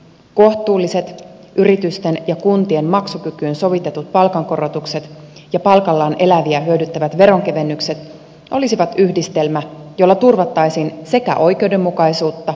kohtuulliset yritysten ja kuntien maksukykyyn sovitetut palkankorotukset ja palkallaan eläviä hyödyttävät veronkevennykset olisivat yhdistelmä jolla turvattaisiin sekä oikeudenmukaisuutta että talouskasvua